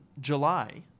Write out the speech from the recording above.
July